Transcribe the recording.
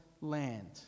land